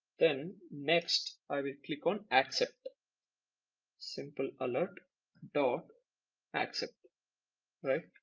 then next i will click on accept. simplealert and accept right.